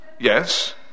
Yes